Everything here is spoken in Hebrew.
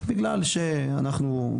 בגלל שאנחנו,